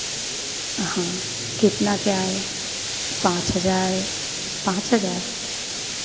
हाँ कितना क्या है पाँच हज़ार है पाँच हज़ार